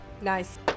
Nice